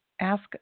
ask